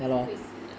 会死的